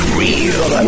real